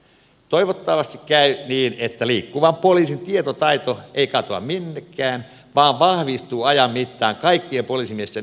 toivottavasti käy niin että liikkuvan poliisin tietotaito ei katoa minnekään vaan vahvistuu ajan mittaan kaikkien poliisimiesten yhteiseksi osaamiseksi